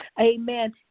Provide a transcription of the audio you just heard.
amen